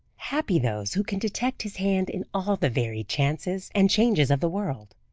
happy those, who can detect his hand in all the varied chances and changes of the world.